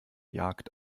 jagd